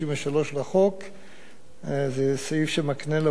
זה סעיף שמקנה לעובדים זכות להתארגן או